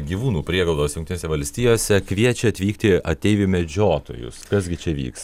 gyvūnų prieglaudos jungtinėse valstijose kviečia atvykti ateivių medžiotojus kas gi čia vyks